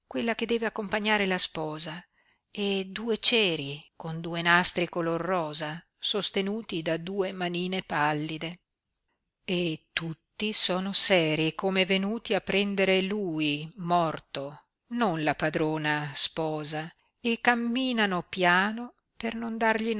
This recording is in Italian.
quella che deve accompagnare la sposa e due ceri con due nastri color rosa sostenuti da due manine pallide e tutti sono serii come venuti a prendere lui morto non la padrona sposa e camminano piano per non dargli